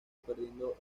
perdiendo